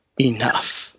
enough